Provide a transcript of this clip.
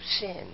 sin